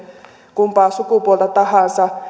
kumpaa sukupuolta tahansa